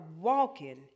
walking